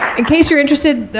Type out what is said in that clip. and case you're interested,